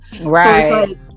Right